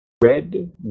red